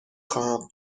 خواهم